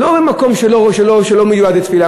לא במקום שלא מיועד לתפילה,